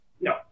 no